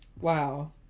Wow